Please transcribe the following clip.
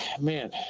man